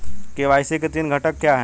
KYC के तीन घटक क्या हैं?